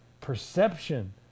perception